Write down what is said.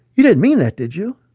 you didn't mean that, did you?